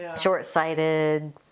Short-sighted